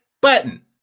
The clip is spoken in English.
button